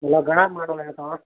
घणा माण्हू आहियो तव्हां